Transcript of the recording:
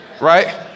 Right